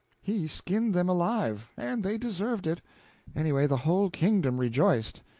he skinned them alive, and they deserved it anyway, the whole kingdom rejoiced.